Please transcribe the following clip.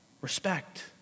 respect